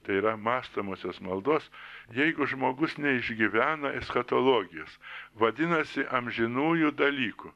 tai yra mąstomosios maldos jeigu žmogus neišgyvena eschatologijos vadinasi amžinųjų dalykų